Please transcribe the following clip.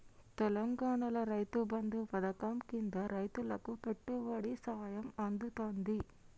తెలంగాణాల రైతు బంధు పథకం కింద రైతులకు పెట్టుబడి సాయం అందుతాంది